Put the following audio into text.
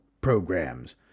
programs